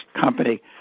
company